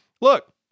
Look